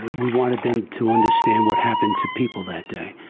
we wanted them to understand what happened to people that day,